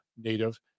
native